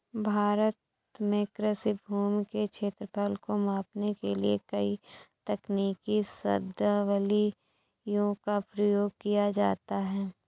भारत में कृषि भूमि के क्षेत्रफल को मापने के लिए कई तकनीकी शब्दावलियों का प्रयोग किया जाता है